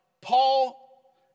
Paul